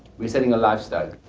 we're selling a lifestyle.